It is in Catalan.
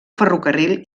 ferrocarril